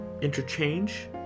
interchange